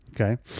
okay